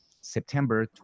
September